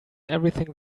everything